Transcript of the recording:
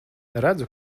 redzu